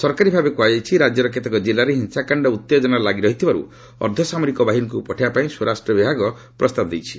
ସରକାରୀଭାବେ କୁହାଯାଇଛି ରାଜ୍ୟର କେତେକ ଜିଲ୍ଲାରେ ହିଂସାକାଣ୍ଡ ଓ ଉତ୍ତେଜନା ଲାଗି ରହିଥିବାରୁ ଅର୍ଦ୍ଧସାମରିକ ବାହିନୀକୁ ପଠାଇବାପାଇଁ ସ୍ୱରାଷ୍ଟ୍ର ବିଭାଗ ପ୍ରସ୍ତାବ ଦେଇଛି